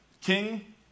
king